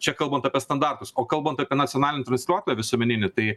čia kalbant apie standartus o kalbant apie nacionalinį transliuotoją visuomeninį tai